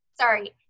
Sorry